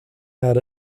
had